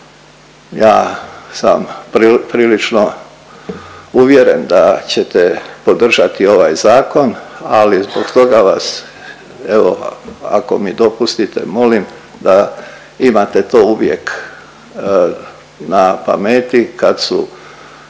ja sam prilično uvjeren da ćete podržati ovaj zakon, ali zbog toga vas evo ako mi dopustite molim da imate uvijek na pameti kad su